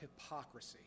hypocrisy